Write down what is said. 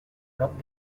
prop